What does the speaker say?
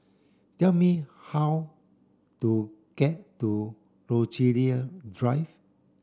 tell me how to get to Rochalie Drive